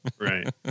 Right